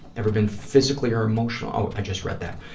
ever been physically or emotion, oh, i just read that.